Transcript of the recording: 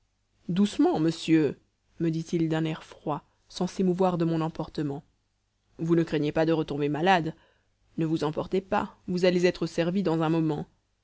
doucement monsieur me dit-il d'un air froid sans s'émouvoir de mon emportement vous ne craignez pas de retomber malade ne vous emportez pas vous allez être servi dans un moment